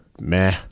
meh